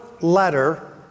letter